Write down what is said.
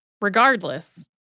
regardless